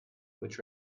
which